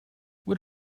what